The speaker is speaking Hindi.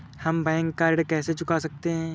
हम बैंक का ऋण कैसे चुका सकते हैं?